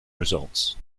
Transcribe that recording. results